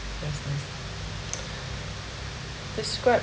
yes yes the script